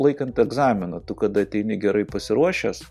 laikant egzaminą tu kada ateini gerai pasiruošęs